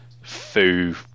foo